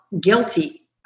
guilty